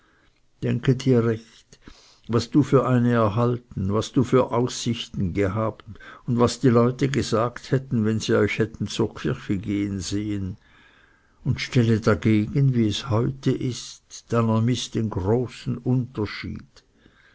denke dir recht was du für eine erhalten und was für aussichten du gehabt und was die leute gesagt hätten wenn sie euch hätten zur kirche gehen sehen und stelle dagegen wie es heute ist dann ermiß den großen unterschied